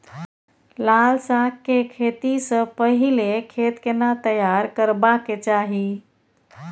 लाल साग के खेती स पहिले खेत केना तैयार करबा के चाही?